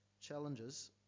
challenges